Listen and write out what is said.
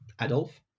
Adolf